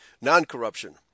Non-corruption